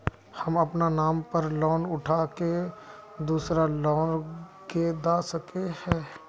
हम अपना नाम पर लोन उठा के दूसरा लोग के दा सके है ने